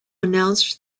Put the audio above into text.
announced